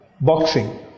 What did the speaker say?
boxing